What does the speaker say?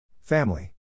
Family